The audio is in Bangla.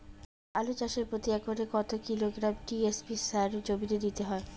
আলু চাষে প্রতি একরে কত কিলোগ্রাম টি.এস.পি সার জমিতে দিতে হয়?